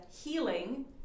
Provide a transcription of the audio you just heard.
healing